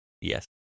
Yes